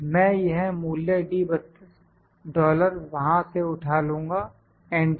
मैं यह मूल्य D32 डॉलर वहां से उठा लूँगा एंटर